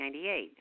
1998